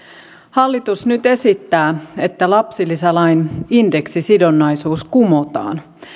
hallitus nyt esittää että lapsilisälain indeksisidonnaisuus kumotaan